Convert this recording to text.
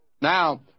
Now